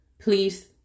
please